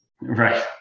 Right